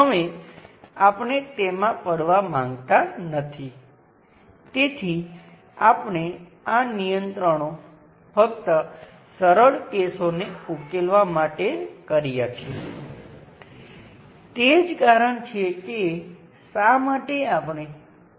તે બરાબર સમાન હશે તો હું આ વાયરને શોર્ટ સર્કિટ દ્વારા બદલું યાદ રાખો અહીં અને ત્યાંની વચ્ચે તે માત્ર વાયરની સમકક્ષ છે